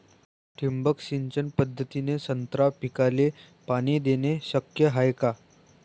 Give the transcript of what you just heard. ठिबक सिंचन पद्धतीने संत्रा पिकाले पाणी देणे शक्य हाये का?